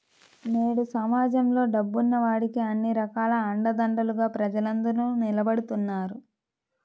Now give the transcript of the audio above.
నేడు సమాజంలో డబ్బున్న వాడికే అన్ని రకాల అండదండలుగా ప్రజలందరూ నిలబడుతున్నారు